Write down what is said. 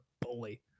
bully